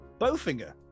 Bowfinger